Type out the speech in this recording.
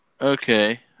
Okay